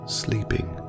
sleeping